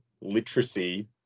literacy